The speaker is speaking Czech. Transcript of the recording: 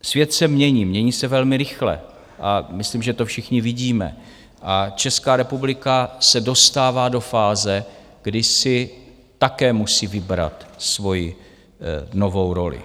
Svět se mění, mění se velmi rychle myslím, že to všichni vidíme a Česká republika se dostává do fáze, kdy si také musí vybrat svoji novou roli.